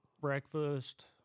breakfast